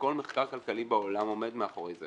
וכל מחקר כלכלי בעולם עומד מאחורי זה.